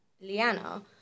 Liana